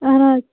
اَہَن حظ